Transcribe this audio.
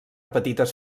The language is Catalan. petites